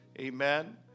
Amen